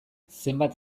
zenbat